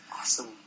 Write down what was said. Awesome